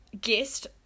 guest